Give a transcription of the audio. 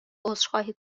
عذرخواهی